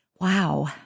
Wow